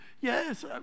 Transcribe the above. yes